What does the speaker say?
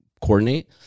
coordinate